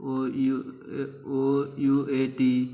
O U O U A T